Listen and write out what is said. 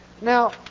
Now